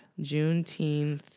Juneteenth